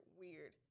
weird